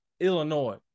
Illinois